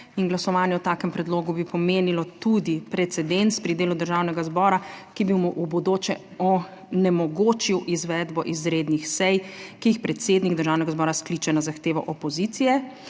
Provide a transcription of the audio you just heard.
in glasovanje o takem predlogu bi pomenilo tudi precedens pri delu Državnega zbora, ki bi mu v bodoče onemogočil izvedbo izrednih sej, ki jih predsednik Državnega zbora skliče na zahtevo opozicije,